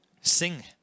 sing